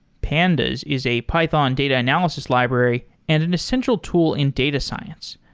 pandas is a python data analysis library and an essential tool in data science.